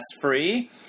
free